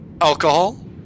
alcohol